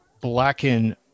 blacken